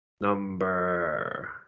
number